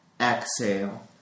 Exhale